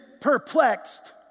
perplexed